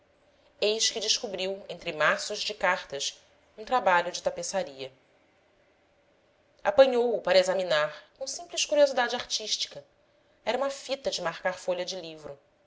eis que descobriu entre maços de cartas um trabalho de tapeçaria apanhou-o para examinar com simples curiosidade artística era uma fita de marcar folha de livro